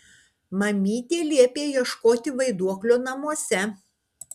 mamytė liepė ieškoti vaiduoklio namuose